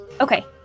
okay